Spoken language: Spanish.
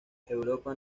europa